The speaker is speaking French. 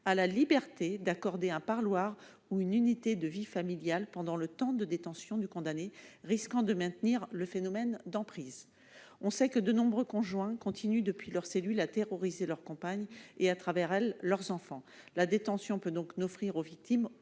a la liberté d'accorder un parloir ou une unité de vie familiale pendant le temps de détention du condamné, risquant de maintenir le phénomène d'emprise. On sait que de nombreux conjoints continuent depuis leur cellule à terroriser leur compagne et, à travers elle, leurs enfants. La détention peut donc n'offrir aux victimes